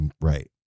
Right